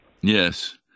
Yes